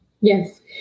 Yes